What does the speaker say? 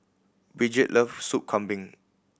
Brigid love Soup Kambing